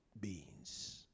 beings